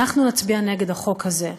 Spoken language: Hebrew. אנחנו נצביע נגד החוק הזה.